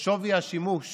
ששווי השימוש